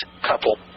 couple